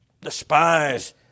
Despise